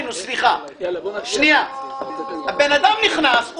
אדם נכנס.